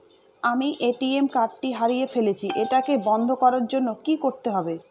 আমি ATM card টি হারিয়ে ফেলেছি এটাকে বন্ধ করার জন্য কি করতে হবে?